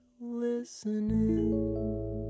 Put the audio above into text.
listening